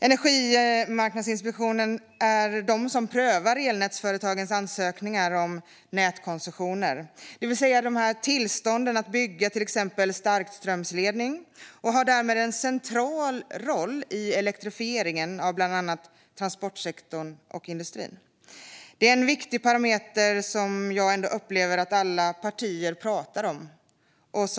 Energimarknadsinspektionen är den myndighet som prövar elnätsföretagens ansökningar om nätkoncessioner, det vill säga tillstånden att bygga till exempel starkströmsledning, och har därmed en central roll i elektrifieringen av bland annat transportsektorn och industrin. Detta är en viktig parameter som jag ändå upplever att alla partier pratar om.